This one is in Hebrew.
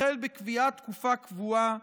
החל בקביעת תקופה קבועה,